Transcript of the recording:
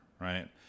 right